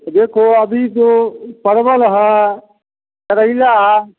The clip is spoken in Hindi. देखो अभी तो परवल है करेला है